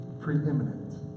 preeminent